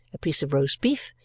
a piece of roast beef,